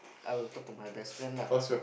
I will talk to my best friend lah